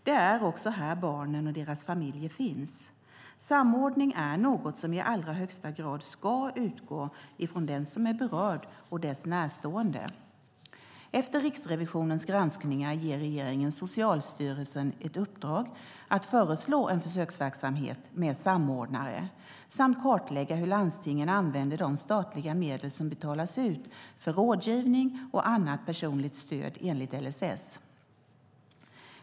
Det är också här barnen och deras familjer finns. Samordning är något som i allra högsta grad ska utgå ifrån den som är berörd och dess närstående. Efter Riksrevisionens granskning gav regeringen Socialstyrelsen ett uppdrag att föreslå en försöksverksamhet med samordnare samt kartlägga hur landstingen använder de statliga medel som betalas ut för rådgivning och annat personligt stöd enligt LSS.